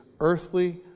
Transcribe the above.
earthly